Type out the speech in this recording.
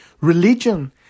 religion